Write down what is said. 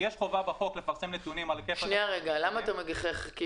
יש חובה בחוק לפרסם נתונים על היקף --- למה אתה מגחך?